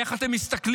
איך אתם מסתכלים?